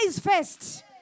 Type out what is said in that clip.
first